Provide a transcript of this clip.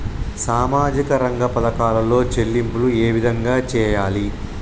సామాజిక రంగ పథకాలలో చెల్లింపులు ఏ విధంగా చేయాలి?